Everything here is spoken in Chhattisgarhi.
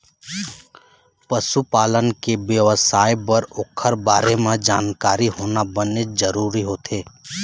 पशु पालन के बेवसाय बर ओखर बारे म जानकारी होना बनेच जरूरी होथे